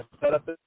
setup